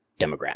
demographic